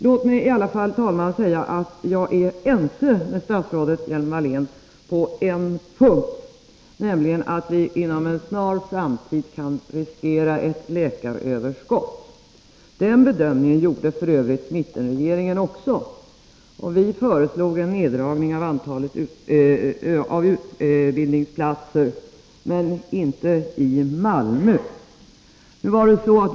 Låt mig i alla fall, herr talman, säga att jag är ense med statsrådet Lena Hjelm-Wallén på en punkt, nämligen att vi inom en snar framtid kan riskera ett läkaröverskott. Den bedömningen gjorde f. ö. också mittenregeringen. Vi föreslog en neddragning av antalet utbildningsplatser, men inte i Malmö.